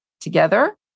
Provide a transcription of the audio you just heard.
together